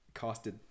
casted